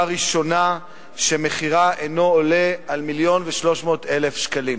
ראשונה שמחירה אינו עולה על 1.3 מיליון שקלים.